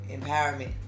empowerment